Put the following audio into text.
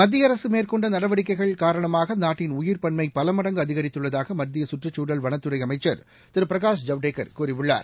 மத்திய அரசு மேற்கொண்ட நடவடிக்கைகள் காரணமாக நாட்டின் உயிர்ப் பன்மை பல மடங்கு அதிகரித்துள்ளதாக மத்திய கற்றுச்சூழல் வனத்துறை அமைச்சர் திரு பிரகாஷ் ஜவடேகர் கூறியுள்ளார்